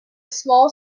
small